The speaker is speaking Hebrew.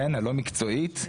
הלא מקצועית,